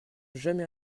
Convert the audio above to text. jamais